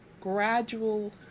gradual